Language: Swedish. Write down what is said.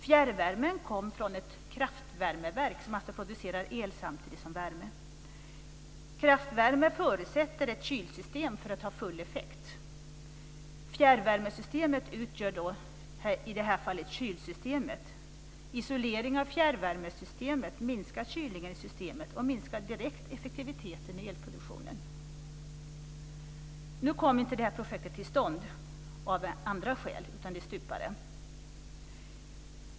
Fjärrvärmen kommer från ett kraftvärmeverk, som alltså producerar el samtidigt med värme. Kraftvärme förutsätter ett kylsystem för att ha full effekt. Fjärrvärmesystemet utgör i det här fallet kylsystemet. Isolering av fjärrvärmesystemet minskar kylningen i systemet och minskar direkt effektiviteten i elproduktionen. Nu kom inte detta projekt till stånd, utan det stupade av andra skäl.